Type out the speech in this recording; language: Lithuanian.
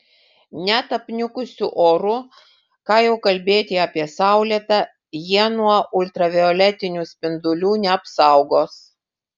net apniukusiu oru ką jau kalbėti apie saulėtą jie nuo ultravioletinių spindulių neapsaugos